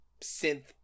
synth